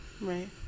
Right